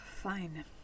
Fine